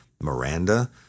Miranda